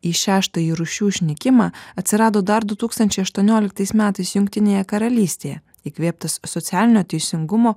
į šeštąjį rūšių išnykimą atsirado dar du tūkstančiai aštuonioliktais metais jungtinėje karalystėje įkvėptas socialinio teisingumo